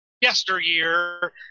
yesteryear